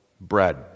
bread